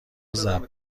ضرب